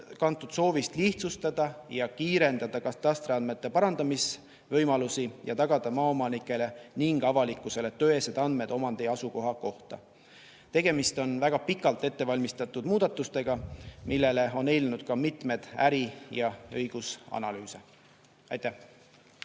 kantud soovist lihtsustada ja kiirendada katastriandmete parandamisvõimalusi ning tagada maaomanikele ja avalikkusele tõesed andmed omandi ja asukoha kohta. Tegemist on väga pikalt ette valmistatud muudatustega, millele on eelnenud ka mitmeid äri- ja õigusanalüüse. Aitäh!